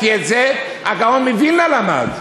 כי את זה הגאון מווילנה למד,